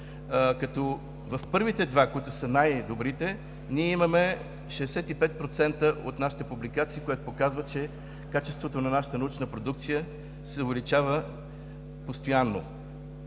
като в първите два, които са най-добрите, ние имаме 65% от нашите публикации, което показва, че качеството на нашата научна продукция се увеличава постоянно.